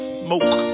smoke